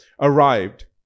arrived